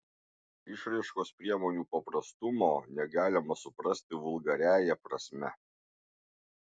išraiškos priemonių paprastumo negalima suprasti vulgariąja prasme